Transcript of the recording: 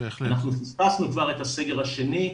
אנחנו כבר פיספסנו את הסגר השני,